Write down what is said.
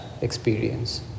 experience